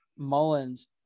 Mullins